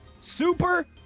Super